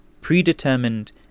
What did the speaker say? predetermined